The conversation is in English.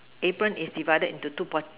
apron is divide into two portion